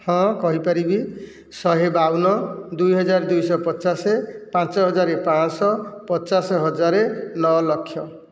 ହଁ କହିପାରିବି ଶହେ ବାଉନ ଦୁଇ ହଜାର ଦୁଇ ଶହ ପଚାଶ ପାଞ୍ଚ ହଜାର ପାଞ୍ଚଶହ ପଚାଶ ହଜାର ନଅ ଲକ୍ଷ